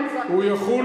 אם החוק הזה צודק למה,